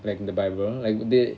like in the bible like they